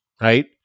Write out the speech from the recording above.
right